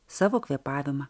savo kvėpavimą